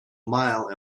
mile